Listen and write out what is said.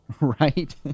Right